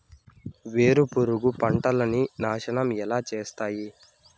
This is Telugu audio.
వేరుపురుగు పంటలని నాశనం ఎలా చేస్తాయి?